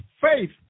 faith